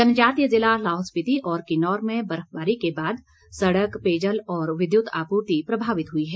जनजातीय जिला लाहौल स्पीति और किन्नौर में बर्फबारी के बाद सड़क पेयजल व विद्युत आपूर्ति प्रभावित हुई है